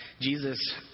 Jesus